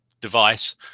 device